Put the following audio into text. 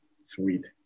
sweet